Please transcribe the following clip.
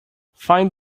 find